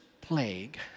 plague